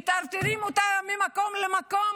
מטרטרים אותה ממקום למקום,